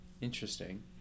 interesting